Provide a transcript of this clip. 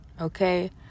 Okay